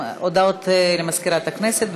הודעות למזכירת הכנסת.